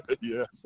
Yes